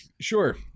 sure